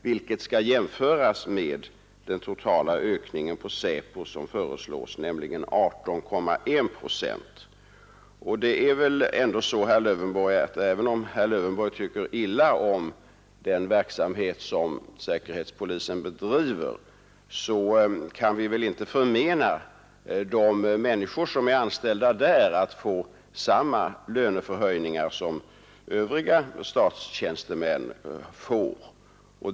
Detta skall jämföras med den totala ökning för SÄPO som föreslås, nämligen 18,1 procent. Även om herr Lövenborg tycker illa om den verksamhet som säkerhetspolisen bedriver, kan vi väl inte förmena de människor som är anställda där att få samma löneförhöjningar som Övriga statstjänstemän får.